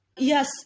Yes